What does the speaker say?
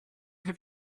have